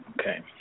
Okay